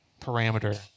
parameter